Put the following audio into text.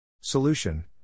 Solution